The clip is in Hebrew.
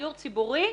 דיור ציבורי,